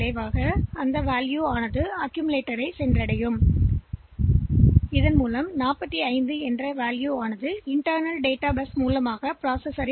சிறிது இங்கே அது ஆவணப்படுத்தப்பட்டுள்ளது இருப்பதில்லை எனவே சில நேரங்களில் 45கிடைக்கிறது செயலியின் உள் டேட்டா பஸ்ஸில்